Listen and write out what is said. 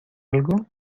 algo